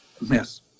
yes